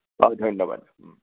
ধন্যবাদ